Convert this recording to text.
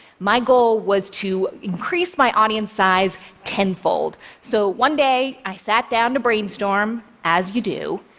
my goal was to increase my audience size tenfold. so one day, i sat down to brainstorm, as you do,